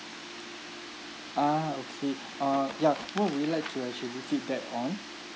ah okay uh ya what would you like to actually feedback on